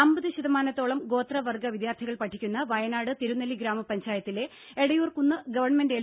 അമ്പത് ശതമാനത്തോളം ഗോത്രവർഗ വിദ്യാർത്ഥികൾ പഠിക്കുന്ന വയനാട് തിരുനെല്ലി ഗ്രാമപഞ്ചായത്തിലെ എടയൂർകുന്ന് ഗവൺമെന്റ് എൽ